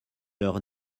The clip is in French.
leur